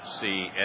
see